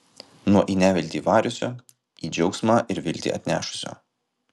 nuo į neviltį variusio į džiaugsmą ir viltį atnešusio